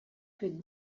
que